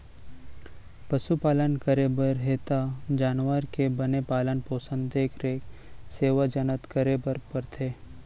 पसु पालन करे बर हे त जानवर के बने पालन पोसन, देख रेख, सेवा जनत करे बर परथे